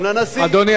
אדוני השר,